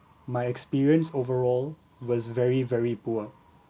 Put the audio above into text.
my experience overall was very very poor